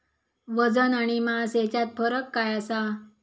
वजन आणि मास हेच्यात फरक काय आसा?